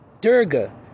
Durga